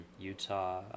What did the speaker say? Utah